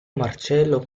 marcello